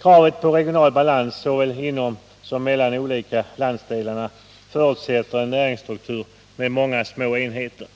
Kraven på regional balans såväl inom som mellan olika landsdelar förutsätter en näringsstruktur med många små enheter.